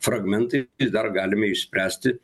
fragmentai dar galime išspręsti